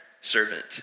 servant